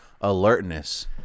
alertness